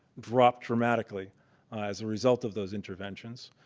dropped dramatically as a result of those interventions.